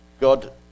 God